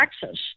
Texas